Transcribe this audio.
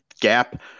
gap